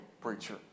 preacher